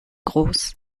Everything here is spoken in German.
groß